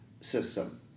system